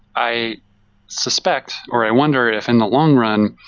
i suspect, or i wonder, if in the long run,